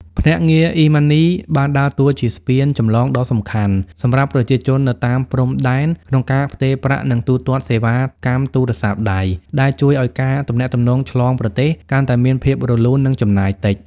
ភ្នាក់ងារ អ៊ីម៉ាន់នី (eMoney) បានដើរតួជាស្ពានចម្លងដ៏សំខាន់សម្រាប់ប្រជាជននៅតាមព្រំដែន ក្នុងការផ្ទេរប្រាក់ និងទូទាត់សេវាកម្មទូរស័ព្ទដៃ ដែលជួយឱ្យការទំនាក់ទំនងឆ្លងប្រទេសកាន់តែមានភាពរលូន និងចំណាយតិច។